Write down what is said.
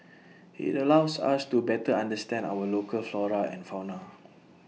IT allows us to better understand our local flora and fauna